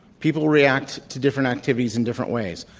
people react to different activities in different ways.